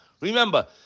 Remember